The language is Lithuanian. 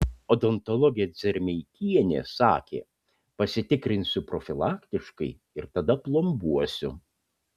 odontologė dzermeikienė sakė pasitikrinsiu profilaktiškai ir tada plombuosiu